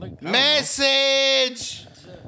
Message